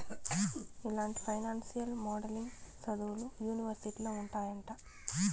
ఇలాంటి financial modelling సదువులు యూనివర్సిటీలో ఉంటాయంట